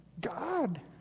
God